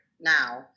now